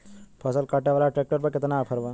फसल काटे वाला ट्रैक्टर पर केतना ऑफर बा?